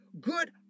good